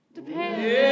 Depends